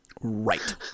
Right